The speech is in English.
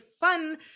fun